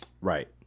Right